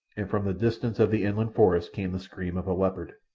and from the distance of the inland forest came the scream of a leopard.